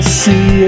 see